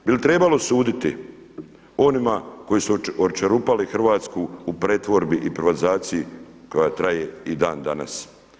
Bi li trebalo suditi onima koji su očerupali Hrvatsku u pretvorbi i privatizaciji koja traje i dan danas?